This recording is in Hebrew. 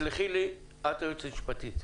לא, סליחה,